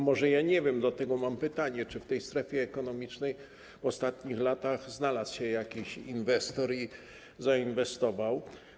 Może nie wiem o tym, dlatego mam pytanie: Czy w tej strefie ekonomicznej w ostatnich latach znalazł się jakiś inwestor i zainwestował?